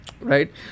right